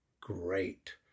great